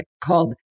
called